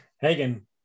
Hagen